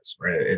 right